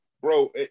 Bro